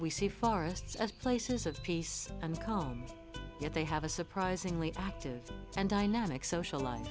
we see forests as places of peace and calm yet they have a surprisingly active and dynamic social life